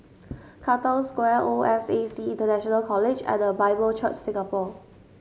Katong Square O S A C International College and The Bible Church Singapore